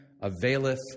availeth